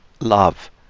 Love